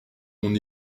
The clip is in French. mon